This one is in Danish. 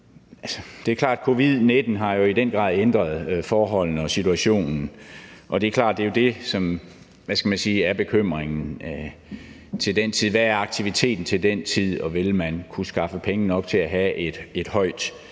Det er klart, at covid-19 jo i den grad har ændret forholdene og situationen, og det er klart, at det jo er det, som er, hvad skal man sige, bekymringen: Hvad er aktiviteten til den tid, og vil man kunne skaffe penge nok til at have et højt